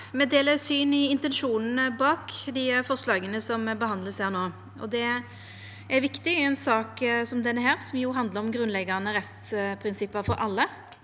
Me deler syn i intensjo- nane bak dei forslaga som vert behandla her no. Det er viktig i ei sak som dette, som jo handlar om grunnleggjande rettsprinsipp for alle,